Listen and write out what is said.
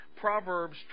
Proverbs